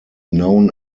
known